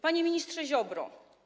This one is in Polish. Panie Ministrze Ziobro!